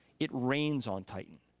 it rains on titan,